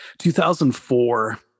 2004